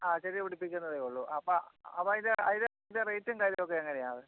ആ ചെടി പിടിപ്പിക്കുന്നതേ ഉള്ളൂ അപ്പം അപ്പം ഇത് അ ഇത് ഇതിന്റെ റേറ്റും കാര്യം ഒക്കെ എങ്ങനെയാ